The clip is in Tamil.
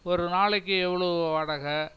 ஒரு நாளைக்கு எவ்வளோ வாடகை